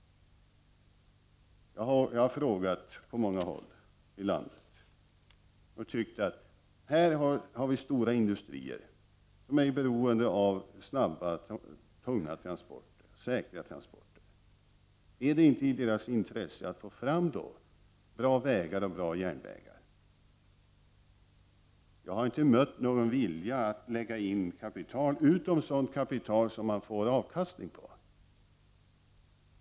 Jag har frågat på många håll i landet där det finns stora industrier som är beroende av snabba, säkra och tunga transporter. Borde det då inte vara i deras intresse att få fram bra vägar och bra järnvägar? Jag har inte mött någon vilja att satsa kapital, utom sådant kapital som ger avkastning.